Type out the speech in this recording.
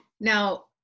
Now